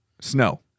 snow